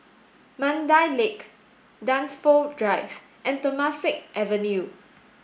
Mandai Lake Dunsfold Drive and Temasek Avenue